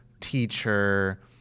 teacher